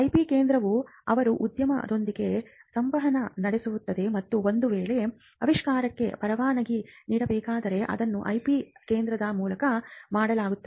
IP ಕೇಂದ್ರವು ಅವರು ಉದ್ಯಮದೊಂದಿಗೆ ಸಂವಹನ ನಡೆಸುತ್ತದೆ ಮತ್ತು ಒಂದು ವೇಳೆ ಆವಿಷ್ಕಾರಕ್ಕೆ ಪರವಾನಗಿ ನೀಡಬೇಕಾದರೆ ಅದನ್ನು ಐಪಿ ಕೇಂದ್ರದ ಮೂಲಕ ಮಾಡಲಾಗುತ್ತದೆ